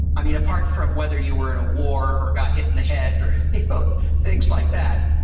i mean apart from whether you were in a war, or got hit in the head, or things like that,